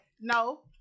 No